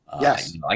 Yes